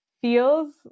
feels